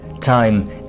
time